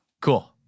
Cool